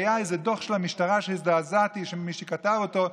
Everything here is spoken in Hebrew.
היה איזה דוח של המשטרה שהזדעזעתי שמישהו כתב אותו,